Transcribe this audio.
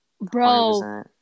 bro